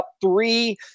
three